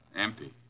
Empty